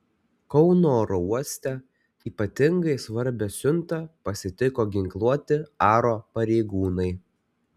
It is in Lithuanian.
kauno oro uoste ypatingai svarbią siuntą pasitiko ginkluoti aro pareigūnai